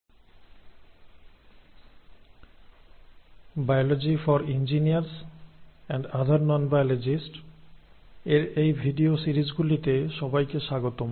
Biology for engineers and other nonbiologists এর এই video সিরিজগুলিতে সবাইকে স্বাগতম